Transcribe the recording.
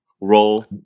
Roll